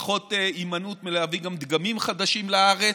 פחות הימנעות מלהביא גם דגמים חדשים לארץ,